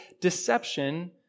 deception